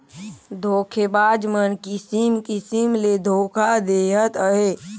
धोखेबाज मन किसिम किसिम ले धोखा देहत अहें